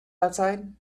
outside